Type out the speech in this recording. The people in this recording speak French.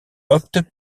optent